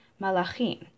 malachim